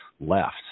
left